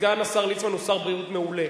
סגן השר ליצמן הוא שר בריאות מעולה,